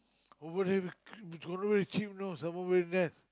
over there very if condo very cheap know some more been there